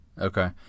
Okay